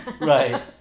Right